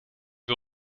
wir